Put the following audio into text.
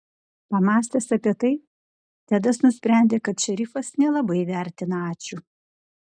pamąstęs apie tai tedas nusprendė kad šerifas nelabai vertina ačiū